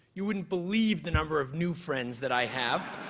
you wouldn't believe the number of new friends that i have.